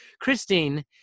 Christine